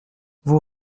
vous